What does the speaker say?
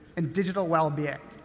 and digital wellbeing.